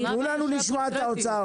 אבל מה --- תנו לשמוע את האוצר.